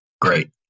Great